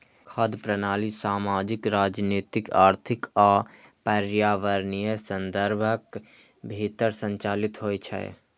खाद्य प्रणाली सामाजिक, राजनीतिक, आर्थिक आ पर्यावरणीय संदर्भक भीतर संचालित होइ छै